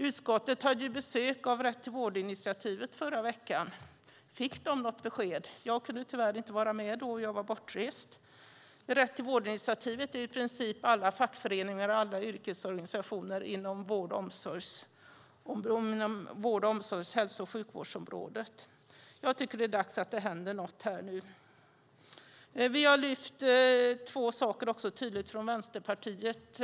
Utskottet hade besök av Rätt till vård-initiativet i förra veckan. Fick de något besked? Jag kunde tyvärr inte vara med, för jag var bortrest. Rätt till vård-initiativet är i princip alla fackföreningar och alla yrkesorganisationer inom vård och omsorgsområdet och hälso och sjukvårdsområdet. Jag tycker att det är dags att det händer något nu. Vi har tydligt lyft fram två saker från Vänsterpartiet.